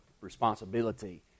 responsibility